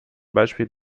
beispiel